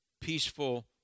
peaceful